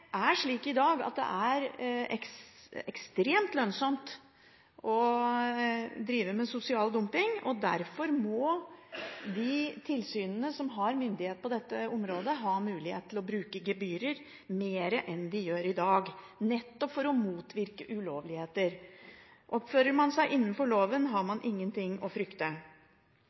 ekstremt lønnsomt å drive med sosial dumping, derfor må de tilsynene som har myndighet på dette området, ha mulighet til å bruke gebyrer mer enn de gjør i dag, nettopp for å motvirke ulovligheter. Oppfører man seg i henhold til loven, har man ingenting å frykte.